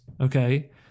okay